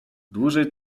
dłużej